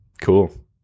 Cool